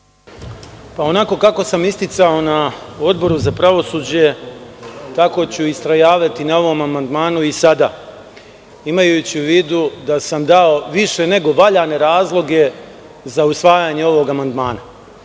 Onako kako sam isticao na Odboru za pravosuđe tako ću istrajavati na ovom amandmanu i sada, imajući u vidu da sam dao više nego valjane razloge za usvajanje ovog amandmana.